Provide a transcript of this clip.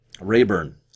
Rayburn